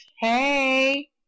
Hey